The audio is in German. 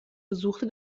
besuchte